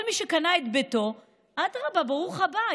כל מי שקנה את ביתו, אדרבה, ברוך הבא.